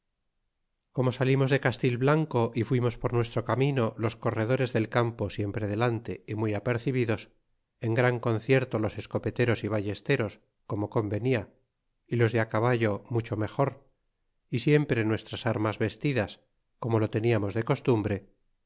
como salimos de castilblanco y fuimos por nuestro camino los corredores del campo siempre delante y muy apercebidos en gran concierto los escopeteros y ballesteros como convenia y los de caballo mucho mejor y siempre nuestras armas vestidas como lo teniamos d e costumbre